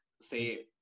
say